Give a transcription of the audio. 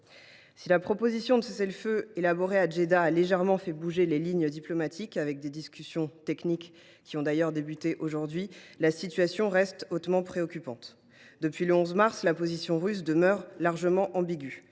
Si la proposition de cessez le feu élaborée à Djeddah a légèrement fait bouger les lignes diplomatiques, et si des discussions techniques ont débuté aujourd’hui, la situation reste hautement préoccupante. Depuis le 11 mars, la position russe demeure largement ambiguë.